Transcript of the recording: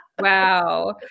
Wow